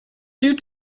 due